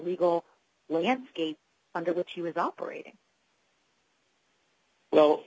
legal landscape under which he was operating well